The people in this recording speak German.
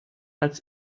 als